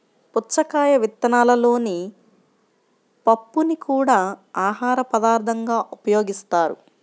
పుచ్చకాయ విత్తనాలలోని పప్పుని కూడా ఆహారపదార్థంగా ఉపయోగిస్తారు